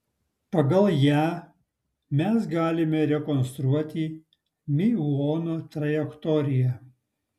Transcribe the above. pagal ją mes galime rekonstruoti miuono trajektoriją